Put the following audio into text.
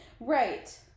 right